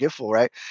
right